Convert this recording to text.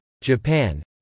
Japan